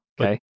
okay